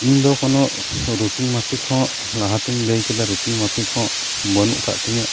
ᱤᱧ ᱫᱚ ᱠᱳᱱᱚ ᱨᱩᱴᱤᱱ ᱢᱟᱯᱷᱤᱠ ᱦᱚᱸ ᱞᱟᱦᱟ ᱛᱤᱧ ᱞᱟᱹᱭ ᱠᱮᱫᱟ ᱨᱩᱴᱤᱱ ᱢᱟᱯᱷᱤᱠ ᱦᱚᱸ ᱵᱟᱹᱱᱩᱜ ᱟᱠᱟᱫ ᱛᱤᱧᱟᱹ